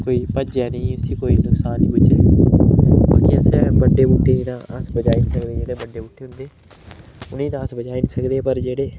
कोई भज्जै नी इसी कोई नकसान बुज्झै बाकी असें बड्डे बूह्टें दा अस बचाई नी सकदे जेह्ड़े बड्डे बूह्टें होंदे उ'नेंगी ते अस बचाई नी सकदे पर जेह्ड़े